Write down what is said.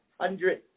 hundred